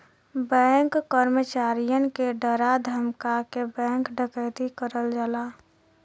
bank कर्मचारियन के डरा धमका के बैंक डकैती करल जाला